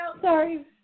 Sorry